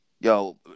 Yo